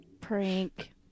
Prank